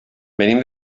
venim